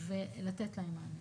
ולתת להם מענה.